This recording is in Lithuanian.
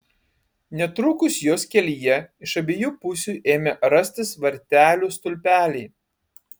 netrukus jos kelyje iš abiejų pusių ėmė rastis vartelių stulpeliai